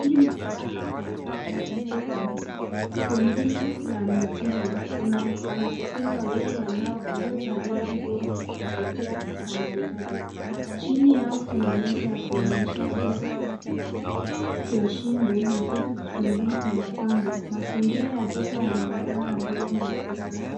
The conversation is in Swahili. Hii ni bidhaa katika duka, pengine la mitindo. Kuna wanasesere wawili waliovalia nguo na kofia za maridadi. Chini yao kuna meza ya kuonyesha vito vya shingo na vito vingine vya mapambo. Mazingira ya duka yanaonekana nadhifu na ya kisasa.